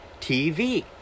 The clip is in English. TV